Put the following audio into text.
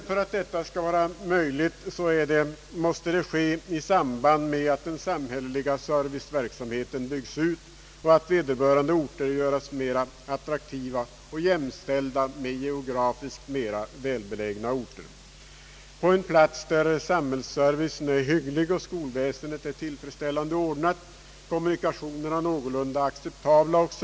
Skall detta bli möjligt måste det emellertid ske i samband med att den samhälleliga serviceverksamheten byggs ut och vederbörande orter görs mer attraktiva och jämställda med geografiskt mera välbelägna orter. På en plats där samhällsservicen är hygglig, skolväsendet tillfredsställande ordnat, kommunikationerna någorlunda «acceptabla 0.s.